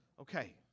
Okay